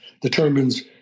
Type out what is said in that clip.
determines